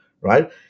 right